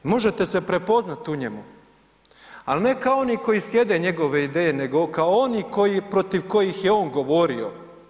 Možete se prepoznat u njemu ali ne kao ono koji slijede njegove ideje nego kao oni koji protiv kojih je on govorio.